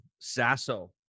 Sasso